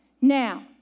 Now